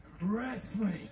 wrestling